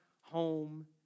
home